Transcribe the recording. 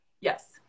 Yes